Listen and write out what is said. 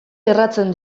erratzen